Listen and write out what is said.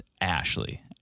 Ashley